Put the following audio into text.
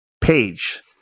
page